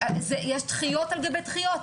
שיש דחיות על גבי דחיות.